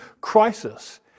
crisis